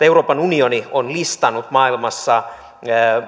euroopan unioni listannut maailmassa